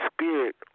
spirit